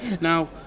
now